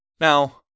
Now